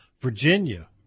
Virginia